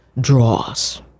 draws